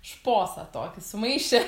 šposą tokį sumaišė